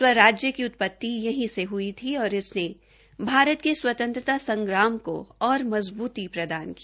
स्वराज्य की उत्पति यहीं से हुई थी और इसने भारत के स्वतंत्रता संग्राम को और मजबूती प्रदान की